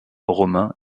romain